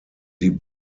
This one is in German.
die